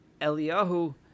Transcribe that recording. Eliyahu